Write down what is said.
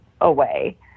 away